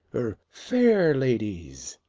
or fair ladies,